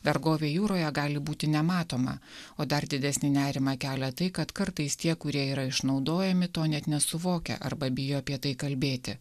vergovė jūroje gali būti nematoma o dar didesnį nerimą kelia tai kad kartais tie kurie yra išnaudojami to net nesuvokia arba bijo apie tai kalbėti